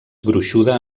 gruixuda